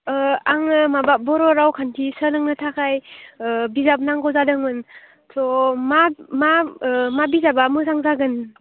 आंनो माबा बर' रावखान्थि सोलोंनो थाखाय बिजाब नांगौ जादोंमोन थ' मा मा बिजाबा मोजां जागोन